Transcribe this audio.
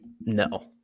no